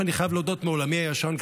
שאני חייב להודות שבעולמי הישן,